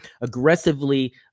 aggressively